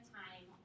time